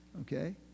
okay